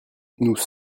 nous